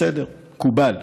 בסדר, מקובל.